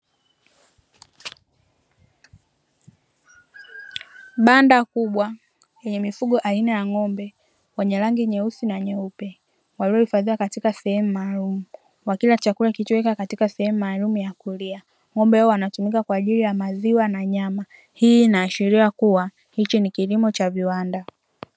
Banda kubwa lenye mifugo aina ya ng’ombe wenye rangi nyeusi na nyeupe, waliohifadhiwa katika sehemu maalumu wakila chakula kilichowekwa katika sehemu maalumu ya kulia. Ng’ombe wanatumika kwa ajili ya maziwa na nyama, hii inaashiria kuwa hiki ni kilimo cha viwanda.